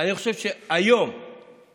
אני חושב שתצא היום קריאה,